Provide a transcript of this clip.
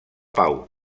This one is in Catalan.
pau